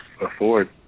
afford